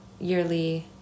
yearly